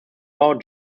law